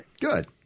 Good